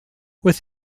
with